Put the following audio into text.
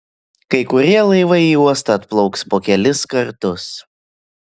kai kurie laivai į uostą atplauks po kelis kartus